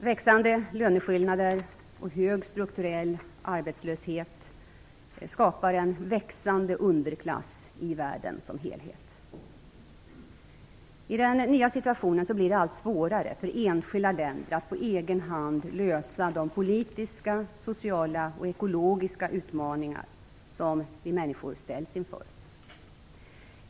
Växande löneskillnader och hög strukturell arbetslöshet skapar en växande underklass i världen som helhet. I den nya situationen blir det allt svårare för enskilda länder att på egen hand lösa de politiska, sociala och ekologiska utmaningar som vi människor ställs inför.